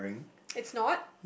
is not